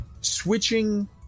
Switching